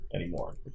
anymore